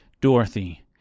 Dorothy